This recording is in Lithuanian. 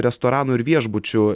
restoranų ir viešbučių